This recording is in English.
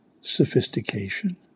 Sophistication